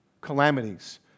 calamities